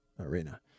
arena